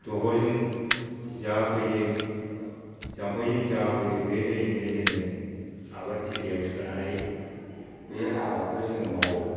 दंग'जों जा फैयो जाम्फैजों जा फैयो बे दैजोंनो जोङो आबाद थिलियाव सोनानै बे आबादखौ जोङो मावो